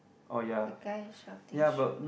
the guy is shouting shoot